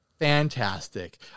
Fantastic